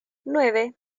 nueve